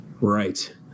Right